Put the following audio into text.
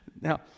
Now